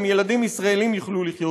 גם ילדים ישראלים יוכלו לחיות